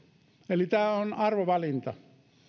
eli tämä on arvovalinta